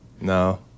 No